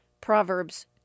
Proverbs